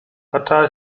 zaczęła